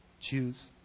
Choose